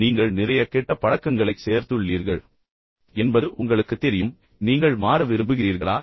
நீங்கள் நிறைய கெட்ட பழக்கங்களைக் சேர்த்துள்ளீர்கள் என்பது உங்களுக்குத் தெரியும் ஆனால் நீங்கள் மாற விரும்புகிறீர்களா